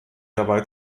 dabei